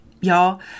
y'all